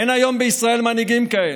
אין היום בישראל מנהיגים כאלה.